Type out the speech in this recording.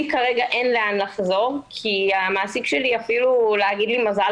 לי כרגע אין לאן לחזור כי המעסיק שלי אפילו להגיד לי מזל